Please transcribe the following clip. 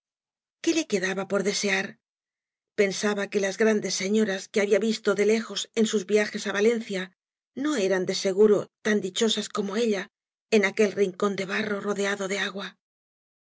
qué le quedaba por desear pensaba que las grandes señoras que había visto de lejos en sus viajes á valencia no eran de seguro tan dichosas como elia en aquel rincóp de barro rodeado de agua